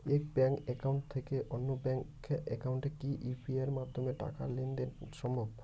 এক bank account থেকে অন্য ব্যাংক একাউন্টে কি ইউ.পি.আই মাধ্যমে টাকার লেনদেন দেন সম্ভব?